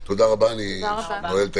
תודה רבה, ישיבה זו נעולה.